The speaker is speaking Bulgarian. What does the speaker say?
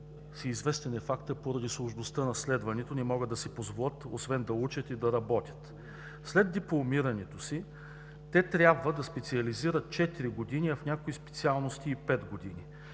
всеизвестен е фактът. Поради сложността на следването не могат да си позволят освен да учат и да работят. След дипломирането си те трябва да специализират четири години, а в някои специалности – и пет години.